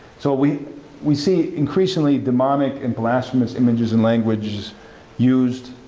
so we we see increasingly demonic and blasphemous images and language used,